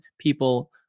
people